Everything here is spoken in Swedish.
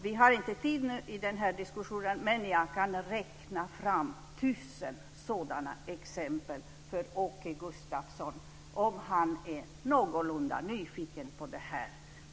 Vi har inte tid nu i den här diskussionen, men jag kan räkna fram tusen sådana exempel för Åke Gustavsson om han är någorlunda nyfiken på det här.